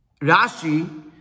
Rashi